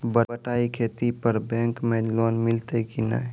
बटाई खेती पर बैंक मे लोन मिलतै कि नैय?